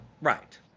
Right